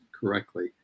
correctly